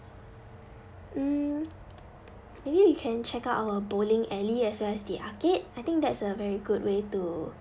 mm maybe you can check out our bowling alley as well as the arcade I think that's a very good way to